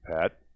Pat